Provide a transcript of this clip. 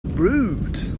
rude